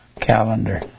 calendar